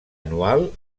anual